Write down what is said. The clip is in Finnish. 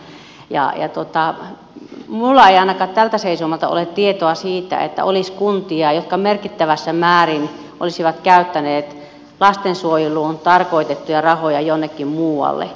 minulla ei ainakaan tältä seisomalta ole tietoa siitä että olisi kuntia jotka merkittävässä määrin olisivat käyttäneet lastensuojeluun tarkoitettuja rahoja jonnekin muualle